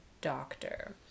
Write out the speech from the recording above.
doctor